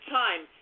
time